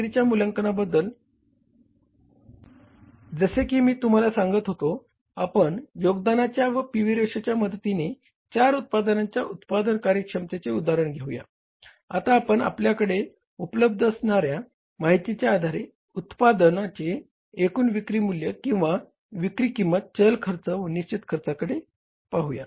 कामगिरीच्या मूल्यांकनाबद्दल जसे की मी तुम्हाला सांगत होतो आपण योगदानाच्या व पीव्ही रेशोच्या मदतीने चार उत्पादनांच्या उत्पादन कार्यक्षमेतचे उदाहरण घेऊया आता आपण आपल्याकडे उपलब्द असणाऱ्या माहितीच्या आधारे उत्पादनाचे एकूण विक्री मूल्य किंवा विक्री किंमत चल खर्च व निश्चित खर्चाकडे पाहिले